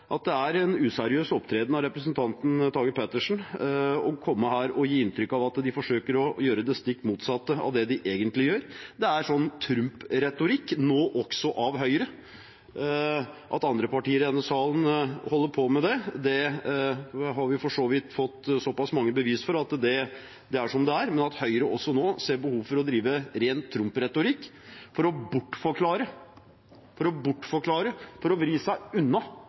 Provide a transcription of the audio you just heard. at det er en useriøs opptreden av representanten Tage Pettersen å komme her og gi inntrykk av at de forsøker å gjøre det stikk motsatte av det de egentlig gjør. Det er Trump-retorikk, nå også fra Høyre. At andre partier i denne salen holder på med det, har vi for så vidt fått såpass mange bevis for, men at også Høyre nå ser behov for å drive ren Trump-retorikk for å bortforklare, for å vri seg unna at de ikke kommer til å